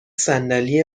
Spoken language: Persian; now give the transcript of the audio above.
صندلی